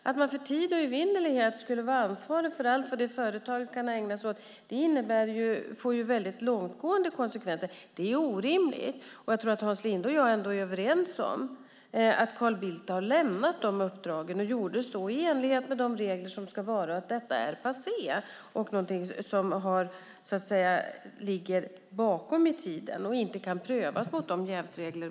Att man för tid och evighet skulle vara ansvarig för allt vad företaget kan ha ägnat sig åt får långtgående konsekvenser och är orimligt. Hans Linde och jag kan nog vara överens om att Carl Bildt har lämnat dessa uppdrag och gjorde så i enlighet med de regler som gäller. Det är passé och ligger bakåt i tiden och kan inte prövas mot dagens jävsregler.